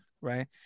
right